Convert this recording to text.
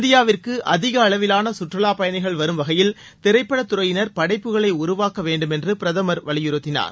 இந்தியாவிற்கு அதிக அளவிலான சுற்றுலா பயணிகள் வரும் வகையில் திரைப்படத் துறையினர் படைப்புகளை உருவாக்க வேண்டும் என்று பிரதமர் வலியுறுத்தினார்